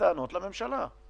אנחנו עוקבים אחרי זה.